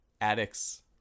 addict's